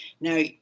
Now